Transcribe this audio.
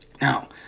Now